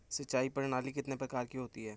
सिंचाई प्रणाली कितने प्रकार की होती है?